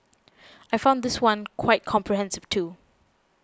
I found this one quite comprehensive too